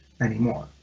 anymore